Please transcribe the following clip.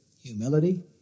humility